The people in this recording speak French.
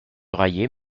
railler